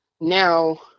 now